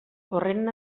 horren